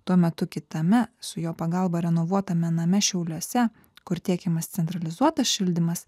tuo metu kitame su jo pagalba renovuotame name šiauliuose kur tiekiamas centralizuotas šildymas